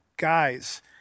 guys